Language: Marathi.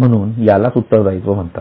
म्हणून याला उत्तरदायित्व म्हणतात